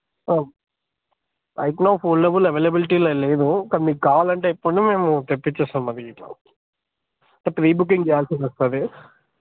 I know foldable అవైలబిలిటీలో లేవు కానీ మీకు కావాలంటే చెప్పండి మేము తెప్పిచ్చి ఇస్తాము అది ఇట్లా బట్ ప్రీ బుకింగ్ చేయాల్సి వస్తుంది